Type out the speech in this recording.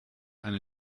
eine